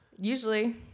usually